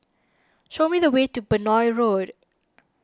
show me the way to Benoi Road